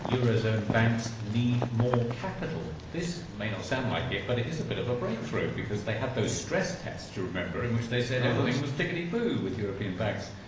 eurozone banks need more capital. this may not sound like it, but it is a bit of a breakthrough because they have those stress tests, you remember, in which they said everything was tickety-boo with european banks.